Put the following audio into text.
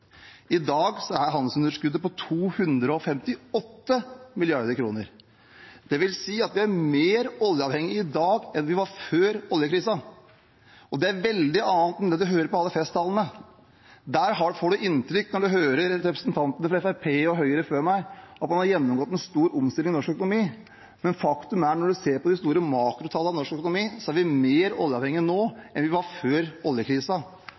I dag er handelsunderskuddet på 258 mrd. kr. Det vil si at vi er mer oljeavhengige i dag enn vi var før oljekrisen. Det er noe helt annet enn det man hører i alle festtalene. Der får man inntrykk av, når man hører på representantene fra Fremskrittspartiet og Høyre som har holdt innlegg før meg, at norsk økonomi har gjennomgått en stor omstilling. Men faktum er, når man ser på de store makrotallene for norsk økonomi, at vi er mer oljeavhengige nå enn før oljekrisen. Når vi